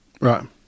Right